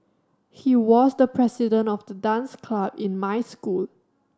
he was the president of the dance club in my school